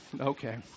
Okay